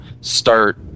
start